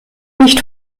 nicht